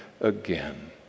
again